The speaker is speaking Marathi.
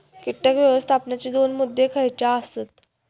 कीटक व्यवस्थापनाचे दोन मुद्दे खयचे आसत?